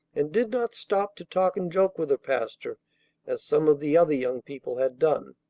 and did not stop to talk and joke with her pastor as some of the other young people had done.